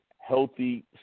healthy